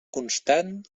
constant